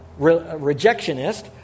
rejectionist